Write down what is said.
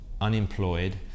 unemployed